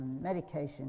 medication